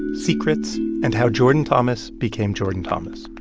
secrets and how jordan thomas became jordan thomas